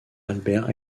albert